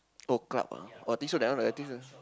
oh club ah oh I think so that one I think so